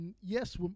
Yes